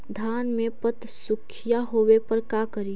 धान मे पत्सुखीया होबे पर का करि?